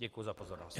Děkuji za pozornost.